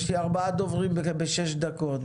יש לי ארבעה דוברים בשש דקות.